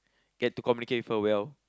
get to communicate with her well